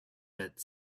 but